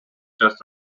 час